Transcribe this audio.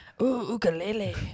ukulele